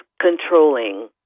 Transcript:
controlling